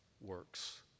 works